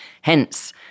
hence